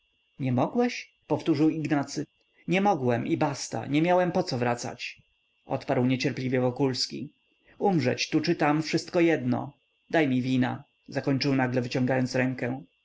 nie mogłeś powtórzył ignacy nie mogłem i basta nie miałem poco wracać odparł niecierpliwie wokulski umrzeć tu czy tam wszystko jedno daj mi wina zakończył nagle wyciągając rękę